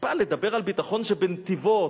וחוצפה לדבר על ביטחון כשבנתיבות